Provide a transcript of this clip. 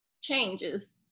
changes